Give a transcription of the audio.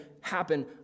happen